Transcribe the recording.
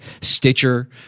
Stitcher